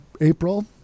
April